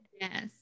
Yes